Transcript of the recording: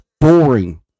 boring